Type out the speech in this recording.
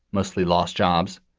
mostly lost jobs,